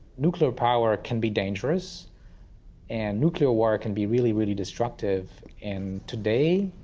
nuclear power can be dangerous and nuclear war can be really, really destructive. and today,